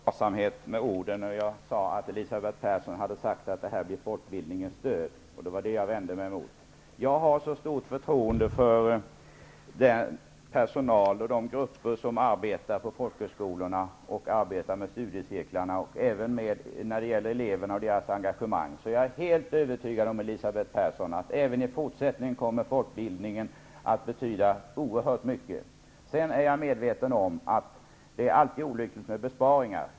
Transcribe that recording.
Fru talman! Jag talade om varsamhet med orden. Elisabeth Persson har sagt att detta blir folkbildningens död. Det var det jag vände mig mot. Jag har stort förtroende för den personal som arbetar på folkhögskolorna och för dem som arbetar med studiecirklar och även för eleverna och deras engagemang. Jag är helt övertygad om att folkbildningen även i fortsättningen kommer att betyda oerhört mycket. Jag är medveten om att det alltid är olyckligt med besparingar.